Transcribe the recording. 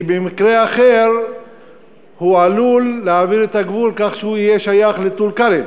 כי במקרה אחר הוא עלול להעביר את הגבול כך שהוא יהיה שייך לטול-כרם